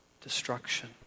destruction